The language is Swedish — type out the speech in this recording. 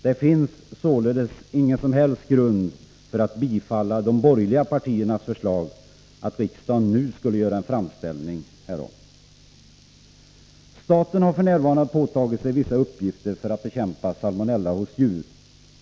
Det finns således ingen som helst grund för att bifalla de borgerliga partiernas förslag att riksdagen nu skulle göra en framställning härom. Staten har f. n. påtagit sig vissa uppgifter för att bekämpa salmonella hos djur.